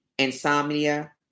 insomnia